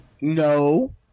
No